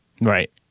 Right